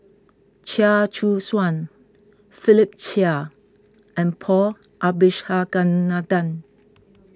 Chia Choo Suan Philip Chia and Paul Abisheganaden